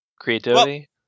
Creativity